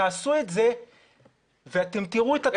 תעשו את זה ואתם תראו את התוצאות האטלה.